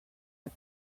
but